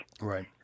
Right